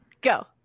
Go